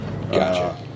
Gotcha